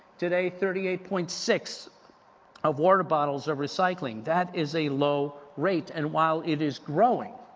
today, thirty eight point six of water bottles are recycling, that is a low rate and while it is growing,